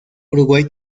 uruguay